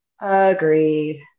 Agreed